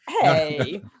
Hey